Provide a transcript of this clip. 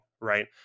right